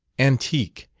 antique,